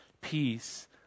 peace